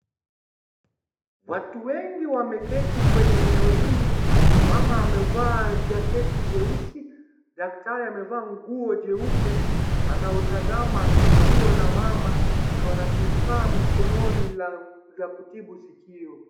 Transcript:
Watu wengi wameketi kwenye eneo hili. Mama amevaa jaketi jeusi, daktari amevaa nguo jeupe. Anautazama sikio la mama . Ako na kifaa mkononi la kutibu sikio.